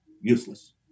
useless